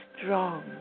strong